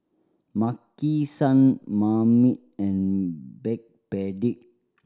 Maki San Marmite and Backpedic